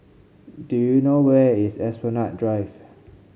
do you know where is Esplanade Drive